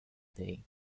day